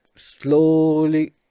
slowly